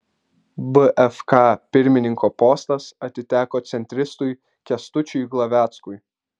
bfk pirmininko postas atiteko centristui kęstučiui glaveckui